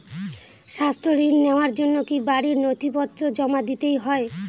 স্বাস্থ্য ঋণ নেওয়ার জন্য কি বাড়ীর নথিপত্র জমা দিতেই হয়?